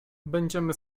będziemy